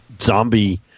zombie